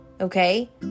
Okay